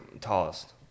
tallest